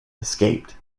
escaped